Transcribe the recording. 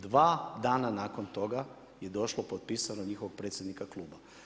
Dva dana nakon toga je došlo potpisano njihovog predsjednika kluba.